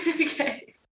okay